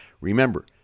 remember